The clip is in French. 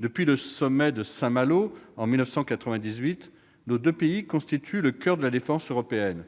Depuis le sommet de Saint-Malo en 1998, ces deux pays constituent le coeur de la défense européenne.